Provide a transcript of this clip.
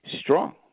strong